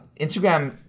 Instagram